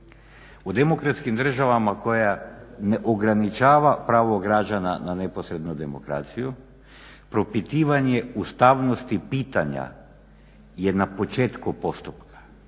U demokratskim državama koja ne ograničava pravo građana na neposrednu demokraciju propitivanje ustavnosti pitanja je na početku postupka.